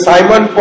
Simon